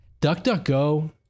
DuckDuckGo